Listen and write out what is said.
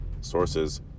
sources